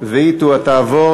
והיא תעבור